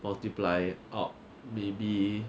multiply out maybe